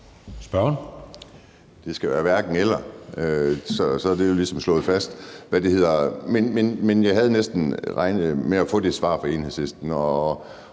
Andersen (NB): Det skal være hverken-eller. Så er det jo ligesom slået fast. Men jeg havde næsten regnet med at få det svar fra Enhedslisten,